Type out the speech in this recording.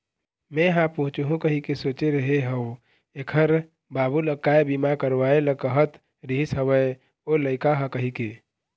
मेंहा पूछहूँ कहिके सोचे रेहे हव ऐखर बाबू ल काय बीमा करवाय ल कहत रिहिस हवय ओ लइका ह कहिके